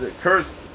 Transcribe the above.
Cursed